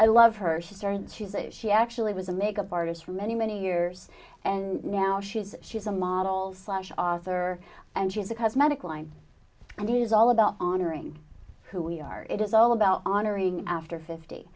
i love her she's turned to that she actually was a makeup artist for many many years and now she's she's a model slash author and she has a cosmetic line and it is all about honoring who we are it is all about honoring after fifty